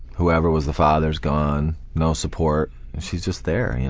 whoever was the father is gone, no support, and she's just there. and